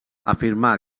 afirmar